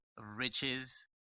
riches